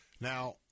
Now